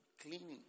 cleaning